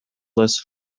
less